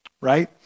right